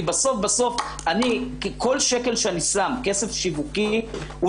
כי בסוף כל שקל שאני שם כסף שיווקי הוא